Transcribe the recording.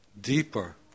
deeper